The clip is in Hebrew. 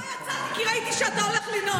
אני לא יצאתי כי ראיתי שאתה הולך לנאום.